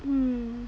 mm